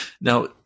Now